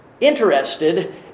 interested